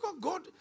God